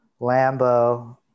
Lambo